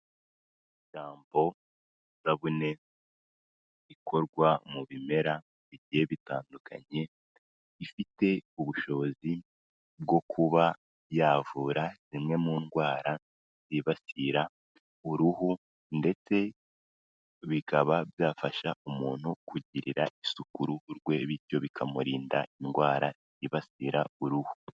Shampo isabune ikorwa mu bimera bigiye bitandukanye, ifite ubushobozi bwo kuba yavura zimwe mu ndwara zibasira uruhu ndetse bikaba byafasha umuntu kugirira isuku uruhu rwe, bityo bikamurinda indwara zibasira uruhu.